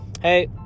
hey